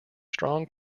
strong